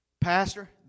Pastor